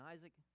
Isaac